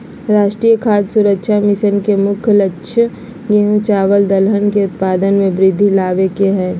राष्ट्रीय खाद्य सुरक्षा मिशन के मुख्य लक्ष्य गेंहू, चावल दलहन के उत्पाद में वृद्धि लाबे के हइ